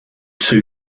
two